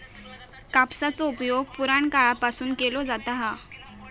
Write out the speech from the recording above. कापसाचो उपयोग पुराणकाळापासून केलो जाता हा